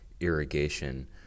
irrigation